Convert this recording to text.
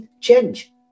change